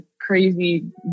crazy